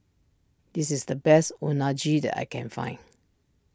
this is the best Unagi that I can find